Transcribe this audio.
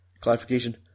Clarification